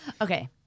Okay